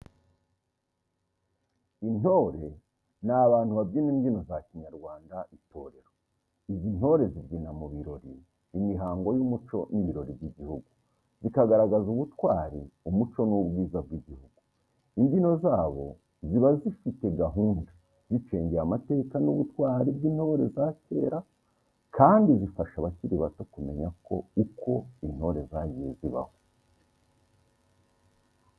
Intore ni abantu babyina imbyino za kinyarwanda itorero. Izi ntore zibyina mu birori, imihango y’umuco n’ibirori by’igihugu, zikagaragaza ubutwari, umuco n’ubwiza bw’igihugu. Imbyino zabo ziba zifite gahunda, zicengeye amateka n’ubutwari bw’intore za kera, kandi zifasha abakiri bato kumenya uko intore zagiye zibaho.